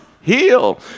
heal